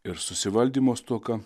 ir susivaldymo stoka